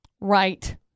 Right